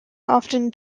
often